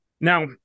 Now